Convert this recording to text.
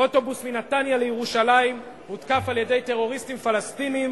אוטובוס מנתניה לירושלים הותקף על-ידי טרוריסטים פלסטינים